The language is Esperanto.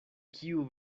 kiu